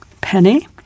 Penny